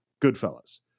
Goodfellas